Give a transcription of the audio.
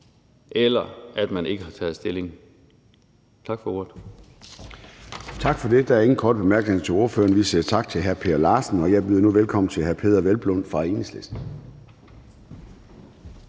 eller at man ikke har taget stilling. Tak for ordet. Kl. 10:46 Formanden (Søren Gade): Tak for det. Der er ingen korte bemærkninger til ordføreren. Vi siger tak til hr. Per Larsen, og jeg byder nu velkommen til hr. Peder Hvelplund fra Enhedslisten.